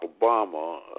Obama